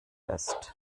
ist